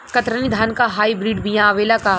कतरनी धान क hybrid बिया आवेला का?